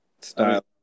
style